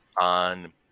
on